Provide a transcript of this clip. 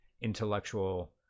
intellectual